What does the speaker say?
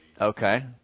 okay